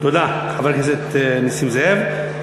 תודה, חבר הכנסת נסים זאב.